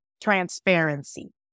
transparency